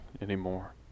anymore